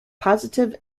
positive